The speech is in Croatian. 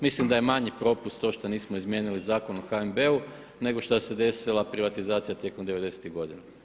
Mislim da je manji propust to što nismo izmijenili Zakon o HNB-u nego šta se desila privatizacija tijekom devedesetih godina.